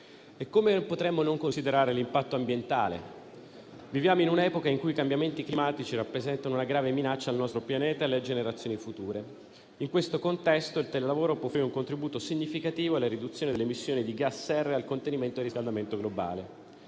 Come potremmo poi non considerare l'impatto ambientale? Viviamo in un'epoca in cui i cambiamenti climatici rappresentano una grave minaccia al nostro pianeta e alle generazioni future. In questo contesto il lavoro può offrire un contributo significativo alla riduzione delle emissioni di gas serra e al contenimento del riscaldamento globale.